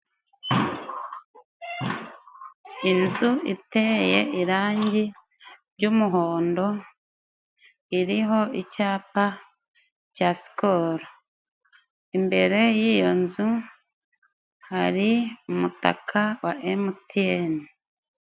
Inzu iteye irangi ry'umuhondo iriho icyapa cya sikoro. Imbere y'iyo nzu hari umutaka wa emuteyene.